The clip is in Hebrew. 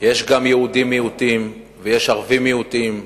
יש גם מיעוטים יהודיים ויש מיעוטים ערביים.